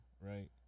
Right